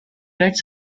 writes